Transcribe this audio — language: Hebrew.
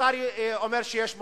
השר אומר שיש מודיעין,